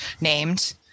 named